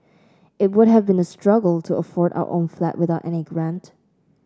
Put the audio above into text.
it would have been a struggle to afford our own flat without any grant